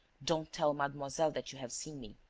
don't tell mademoiselle that you have seen me.